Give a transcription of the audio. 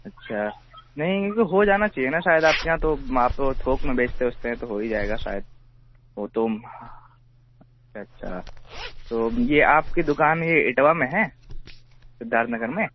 اچھا نہیں تو ہو جانا چاہیے نا شاید آپ کے یہاں تو آپ تھوک میں بیچتے ووچتے ہیں تو ہو ہی جائے گا شاید وہ تو اچھا اچھا تو یہ آپ کی دکان یہ اٹاوا میں ہے سدھارتھ نگر میں